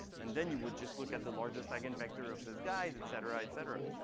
and then you would just look at the largest eigenvector of these guys, et cetera, et cetera.